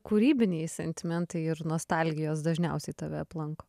kūrybiniai sentimentai ir nostalgijos dažniausiai tave aplanko